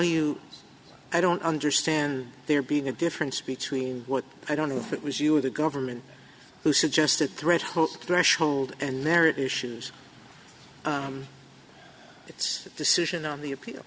you i don't understand there being a difference between what i don't know if it was you or the government who suggested threat hope threshold and there issues its decision on the appeal